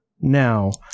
Now